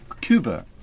Cuba